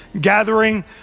gathering